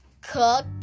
cook